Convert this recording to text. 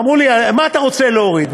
ואמרו לי: מה אתה רוצה להוריד?